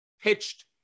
pitched